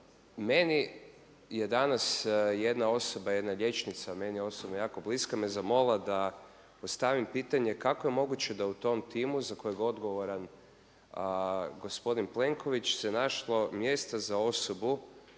Meni je danas jedna osoba, jedna liječnica meni osobno jako bliska me zamolila da postavim pitanje kako je moguće da u tom timu za kojeg je odgovoran gospodin Plenković se našlo mjesta za osobu